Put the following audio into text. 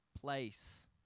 place